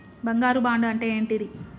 బంగారు బాండు అంటే ఏంటిది?